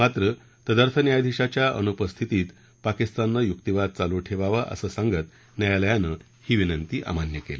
मात्र तदर्थ न्यायाधीशाच्या अनुपस्थित पाकिस्ताननं युक्तीवाद चालू ठेवावा असं सांगत न्यायालयानं ही विनंती अमान्य केली